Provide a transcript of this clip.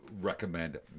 recommend